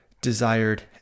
desired